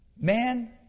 Man